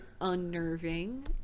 unnerving